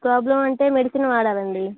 problem అంటే medicine వాడాలి అండి